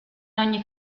ogni